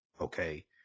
okay